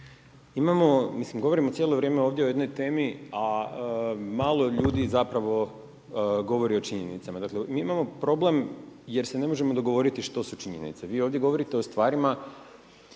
imamo, mislim govorimo cijelo vrijeme ovdje o jednoj temi, a malo ljudi zapravo govori o činjenicama. Dakle, mi imamo problem jer se ne možemo dogovoriti što su činjenice. Vi ovdje govorite o stvarima